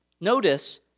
Notice